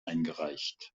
eingereicht